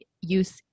use